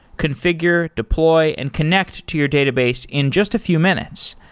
configure, deploy and connect to your database in just a few minutes.